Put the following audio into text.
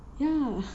ya